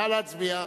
נא להצביע.